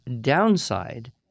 downside